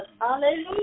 Hallelujah